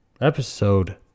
episode